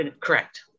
correct